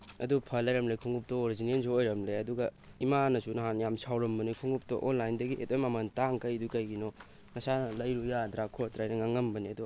ꯑꯗꯨ ꯐ ꯂꯩꯔꯝꯂꯦ ꯈꯣꯡꯉꯨꯞꯇꯨ ꯑꯣꯔꯤꯖꯤꯅꯦꯜꯁꯨ ꯑꯣꯏꯔꯝꯂꯦ ꯑꯗꯨꯒ ꯏꯃꯥꯅꯁꯨ ꯅꯍꯥꯟ ꯌꯥꯝ ꯁꯥꯎꯔꯝꯕꯅꯤ ꯈꯣꯡꯉꯨꯞꯇꯨ ꯑꯣꯟꯂꯥꯏꯟꯗꯒꯤ ꯑꯗꯨꯛꯌꯥꯝ ꯃꯃꯟ ꯇꯥꯡꯅ ꯀꯛꯏꯗꯣ ꯀꯩꯒꯤꯅꯣ ꯅꯁꯥꯅ ꯂꯩꯔꯨ ꯌꯥꯗ꯭ꯔꯥ ꯈꯣꯠꯇ꯭ꯔꯥꯅ ꯉꯥꯡꯉꯝꯕꯅꯤ ꯑꯗꯣ